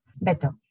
better